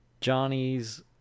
Johnny's